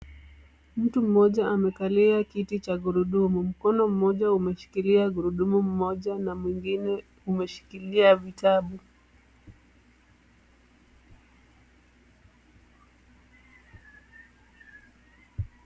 Mtu mmoja amekalia kiti cha gurudumu. Mkono mmoja umeshikilia gururdumu mmoja na mwingine umeshikilia vitabu.